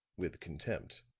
with contempt.